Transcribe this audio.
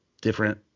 different